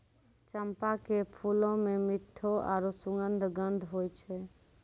चंपा के फूलो मे मिठ्ठो आरु सुखद गंध होय छै